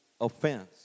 offense